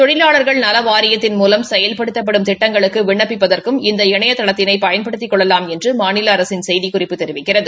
தொழிலாளர்கள் நல வாரியத்தின் மூலம் செயல்படுத்தப்படும் திட்டங்களுக்கு விண்ணப்பிப்பதற்கும் இந்த இணைய தளத்தினை பயன்படுத்திக் கொள்ளலாம் என்று மாநில அரசின் செய்திக்குறிப்பு தெரிவிக்கிறது